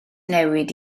newid